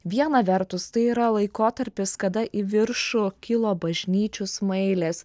viena vertus tai yra laikotarpis kada į viršų kilo bažnyčių smailės